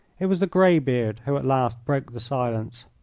it was the grey-beard who at last broke the silence.